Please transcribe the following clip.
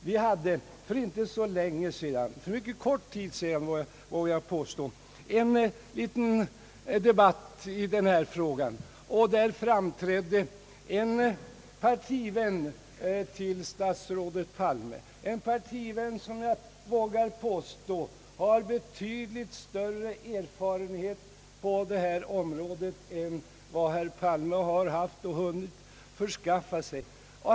Vi hade för inte så länge sedan — för mycket kort tid sedan vågar jag påstå — en liten debatt i den här frågan. Där framträdde en partivän till statsrådet Palme, en partivän som jag vågar påstå har betydligt större erfarenhet på det här området än vad herr Palme hunnit skaffa sig.